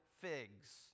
figs